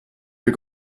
are